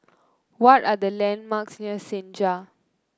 what are the landmarks near Senja